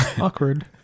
Awkward